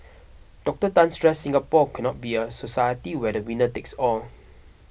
Doctor Tan stressed Singapore cannot be a society where the winner takes all